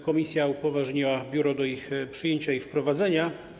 Komisja upoważniła biuro do ich przyjęcia i wprowadzenia.